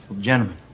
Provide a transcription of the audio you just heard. Gentlemen